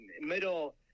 middle